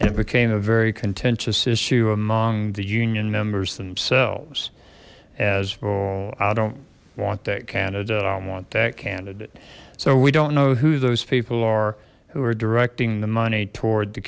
it became a very contentious issue among the union numbers themselves as well i don't want that kind of data i want that candidate so we don't know who those people are who are directing the money toward the